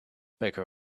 beggar